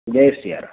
Jai Siya Ram